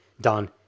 done